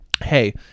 Hey